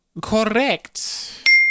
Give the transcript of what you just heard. Correct